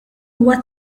huwa